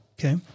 Okay